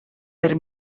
per